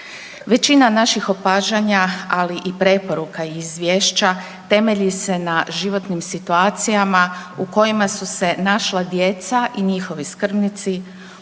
Većina naših opažanja, ali i preporuka i izvješća, temelji se na životnim situacijama u kojima su se našla djeca i njihovi skrbnici,